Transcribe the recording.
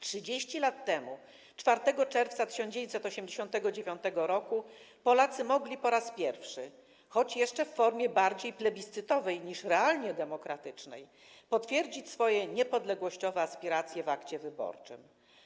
30 lat temu, 4 czerwca 1989 roku, Polacy mogli po raz pierwszy, choć jeszcze w formie bardziej plebiscytowej niż realnie demokratycznej, potwierdzić swoje niepodległościowe aspiracje w akcie wyborczym.